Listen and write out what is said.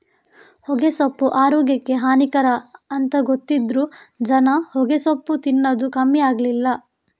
ಹೊಗೆಸೊಪ್ಪು ಆರೋಗ್ಯಕ್ಕೆ ಹಾನಿಕರ ಅಂತ ಗೊತ್ತಿದ್ರೂ ಜನ ಹೊಗೆಸೊಪ್ಪು ತಿನ್ನದು ಕಮ್ಮಿ ಆಗ್ಲಿಲ್ಲ